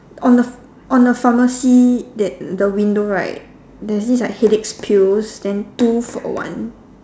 on the on the pharmacy that the window right there's this like headache pills then two for one